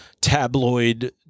tabloid